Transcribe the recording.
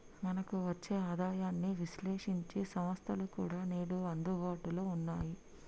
మనకు వచ్చే ఆదాయాన్ని విశ్లేశించే సంస్థలు కూడా నేడు అందుబాటులో ఉన్నాయి